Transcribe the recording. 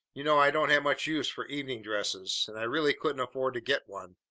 you know i don't have much use for evening dresses, and i really couldn't afford to get one.